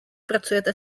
pracujete